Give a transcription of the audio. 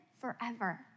forever